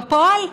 בפועל,